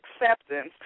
acceptance